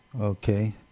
Okay